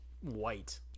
white